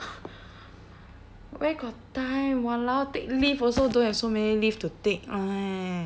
where got time !walao! take leave also don't have so many leave to take leh